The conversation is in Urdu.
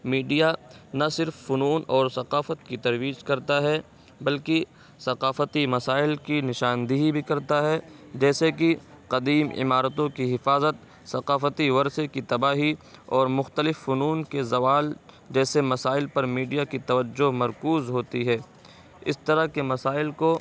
میڈیا نہ صرف فنون اور ثقافت کی ترویج کرتا ہے بلکہ ثقافتی مسائل کی نشاندہی بھی کرتا ہے جیسے کہ قدیم عمارتوں کی حفاظت ثقافتی ورثے کی تباہی اور مختلف فنون کے زوال جیسے مسائل پر میڈیا کی توجہ مرکوز ہوتی ہے اس طرح کے مسائل کو